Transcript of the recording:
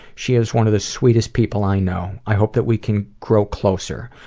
she is one of the sweetest people i know. i hope that we can grow closer.